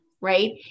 right